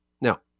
Now